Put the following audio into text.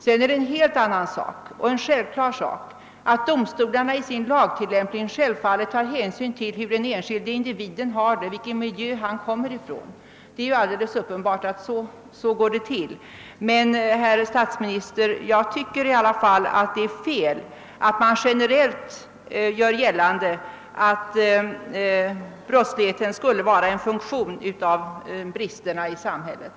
Det är sedan en helt annan sak att domstolarna i sin lagtillämpning självfallet tar hänsyn till den enskilde individens förhållanden och till den miljö han kommer från. Det är en självklarhet. Men, herr statsminister, jag tycker ändå att det är fel att generellt göra gällande att brottsligheten skulle vara en funktion av bristerna i samhället.